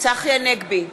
צחי הנגבי,